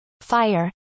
fire